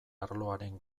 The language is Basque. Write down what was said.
arloaren